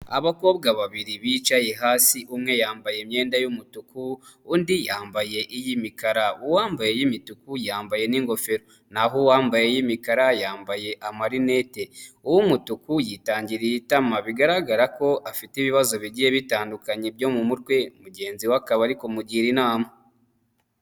Abakobwa babiri bicaye hasi umwe yambaye imyenda y'umutuku undi yambaye iy'imikara uwambaye iy'imituku yambaye n'ingofero n'aho uwambaye iy'imikara yambaye amarinete uw'umutuku yitangiriye itama bigaragara ko afite ibibazo bigiye bitandukanye byo mu mutwe mugenzi we akaba ari kumugira inama.